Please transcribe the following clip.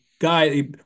Guy